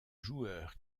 joueur